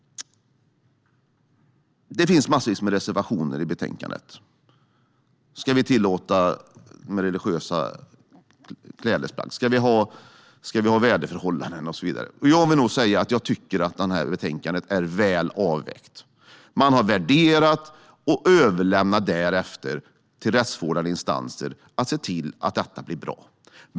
Det finns massvis med reservationer i betänkandet med frågor som till exempel: Ska vi tillåta religiösa klädesplagg? Ska det handla om väderförhållanden? Jag vill nog säga att jag tycker att betänkandet är väl avvägt. Man har värderat det här och överlämnar därefter till rättsvårdande instanser att se till att detta blir bra.